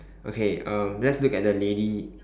okay um let's look at the lady